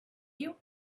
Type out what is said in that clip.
you